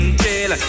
jail